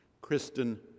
Kristen